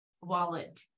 Wallet